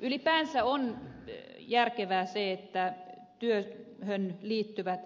ylipäänsä on järkevää että työhön liittyvät